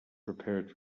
prepared